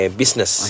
business